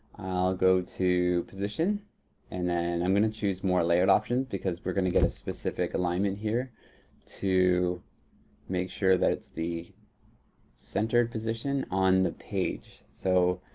i'll go to position and then i'm gonna choose more layered option because we're gonna get a specific alignment here to make sure that it's the centered position on the page. so,